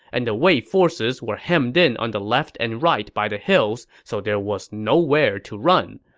and the wei forces were hemmed in on the left and right by the hills, so there was nowhere to run.